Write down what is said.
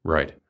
Right